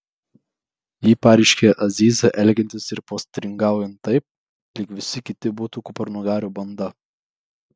ji pareiškė azizą elgiantis ir postringaujant taip lyg visi kiti būtų kupranugarių banda